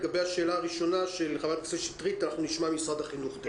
לגבי השאלה הראשונה של חברת הכנסת שטרית תכף נשמע ממשרד החינוך.